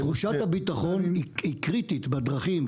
תחושת הביטחון היא קריטית בדרכים.